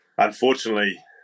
Unfortunately